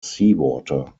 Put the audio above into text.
seawater